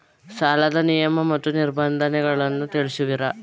ಸಾಲದ ನಿಯಮ ಮತ್ತು ನಿಬಂಧನೆಗಳನ್ನು ತಿಳಿಸುವಿರಾ?